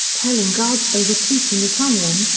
telling guards they were teaching italian,